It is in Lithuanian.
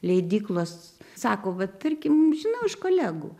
leidyklos sako vat tarkim žinau iš kolegų